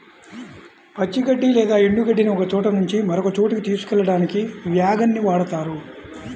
పచ్చి గడ్డి లేదా ఎండు గడ్డిని ఒకచోట నుంచి మరొక చోటుకి తీసుకెళ్ళడానికి వ్యాగన్ ని వాడుతారు